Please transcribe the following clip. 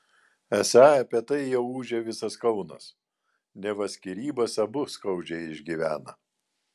esą apie tai jau ūžia visas kaunas neva skyrybas abu skaudžiai išgyvena